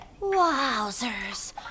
Wowzers